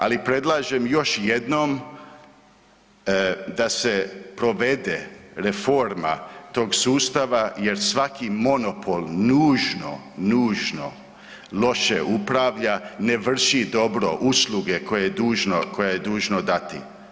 Ali predlažem još jednom da se provede reforma tog sustava jer svaki monopol nužno loše upravlja, ne vrši dobro usluge koje je dužno dati.